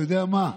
אתה יודע מה?